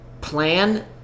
plan